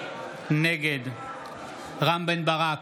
נגד רם בן ברק,